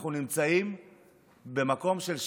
אנחנו נמצאים במקום של שבר.